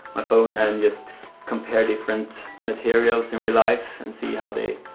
my phone, and just compare different materials in real life and see how they